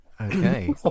Okay